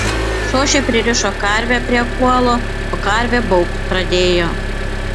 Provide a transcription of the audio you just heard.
šošė pririšo karvę prie kuolo o karvė baubt pradėjo